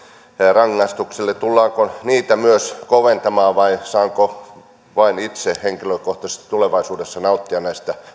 rangaistuksille tullaanko niitä myös koventamaan vai saanko vain itse henkilökohtaisesti tulevaisuudessa nauttia näistä